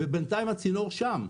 ובינתיים הצינור שם,